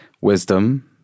Wisdom